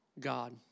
God